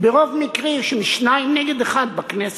ברוב מקרי של שניים נגד אחד בכנסת.